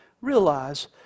Realize